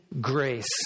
grace